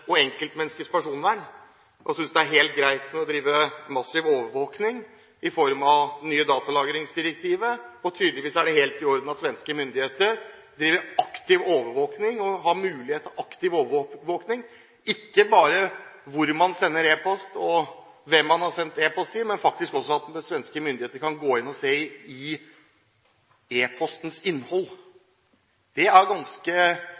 av enkeltmenneskets personvern og synes det er helt greit å drive massiv overvåkning, jf. det nye datalagringsdirektivet. Og tydeligvis er det helt i orden at svenske myndigheter driver aktiv overvåkning og har mulighet for aktiv overvåkning – ikke bare hvor man sender e-post, og hvem man har sendt e-post til, men faktisk også kan gå inn og se på e-postens innhold. Det er et ganske stort inngrep i